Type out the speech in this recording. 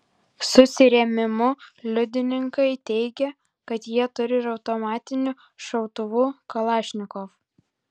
susirėmimų liudininkai teigia kad jie turi ir automatinių šautuvų kalašnikov